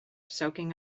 soaking